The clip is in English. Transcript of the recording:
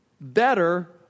better